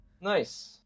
Nice